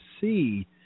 see